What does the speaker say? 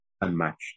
Unmatched